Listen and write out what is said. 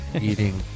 eating